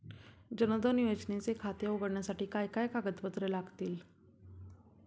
जनधन योजनेचे खाते उघडण्यासाठी काय काय कागदपत्रे लागतील?